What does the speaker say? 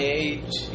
age